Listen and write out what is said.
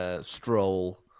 stroll